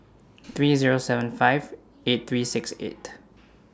three Zero seven five eight three six eight